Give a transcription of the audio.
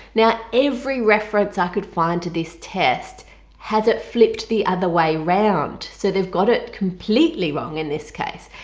now every reference i could find to this test has it flipped the other way round so they've got it completely wrong in this case.